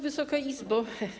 Wysoka Izbo!